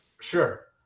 Sure